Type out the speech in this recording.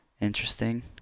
Interesting